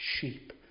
sheep